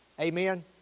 Amen